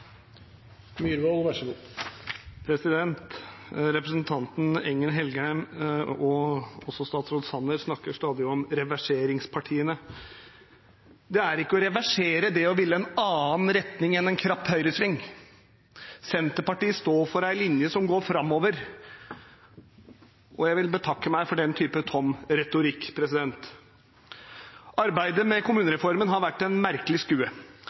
ikke å reversere, det å ville en annen retning enn en krapp høyresving. Senterpartiet står for en linje som går framover, og jeg vil betakke meg for den typen tom retorikk. Arbeidet med kommunereformen har vært et merkelig skue.